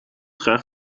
graag